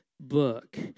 book